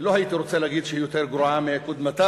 לא הייתי רוצה להגיד שהיא יותר גרועה מקודמתה,